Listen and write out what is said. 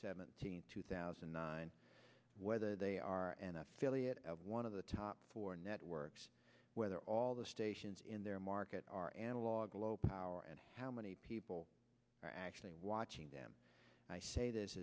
seventeenth two thousand and nine whether they are an affiliate of one of the top four networks whether all the stations in their market are analog low power and how many people are actually watching them i say this